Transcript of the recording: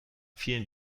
vielen